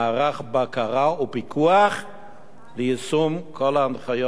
בקרה ופיקוח ליישום כל ההנחיות האלה,